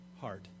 heart